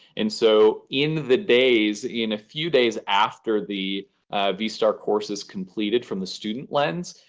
and so in the days, in a few days after the vstar course is completed from the student lens,